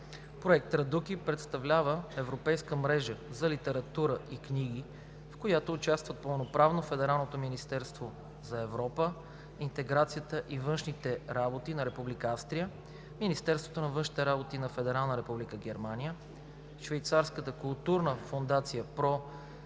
Проект „Традуки“ представлява Европейска мрежа за литература и книги, в която участват пълноправно Федералното министерство за Европа, интеграцията и външните работи на Република Австрия, Министерството на външните работи на Федерална република Германия, Швейцарската културна фондация „Про